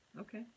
okay